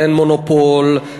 אין מונופול,